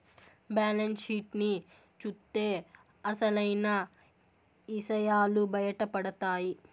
balance sheet ని చూత్తే అసలైన ఇసయాలు బయటపడతాయి